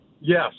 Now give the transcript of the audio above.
Yes